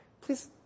Please